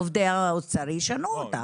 עובדי האוצר ישנו אותה.